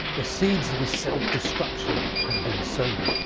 the seeds of his self-destruction had been sown.